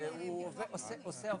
בשעה